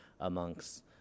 amongst